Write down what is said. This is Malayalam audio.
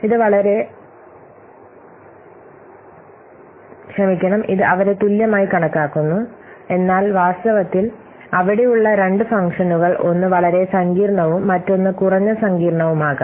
ഇത് അവരെ തുല്യമായി കണക്കാക്കുന്നു എന്നാൽ വാസ്തവത്തിൽ അവിടെയുള്ള രണ്ട് ഫംഗ്ഷനുകൾ ഒന്ന് വളരെ സങ്കീർണ്ണവും മറ്റൊന്ന് കുറഞ്ഞ സങ്കീർണ്ണവുമാകാം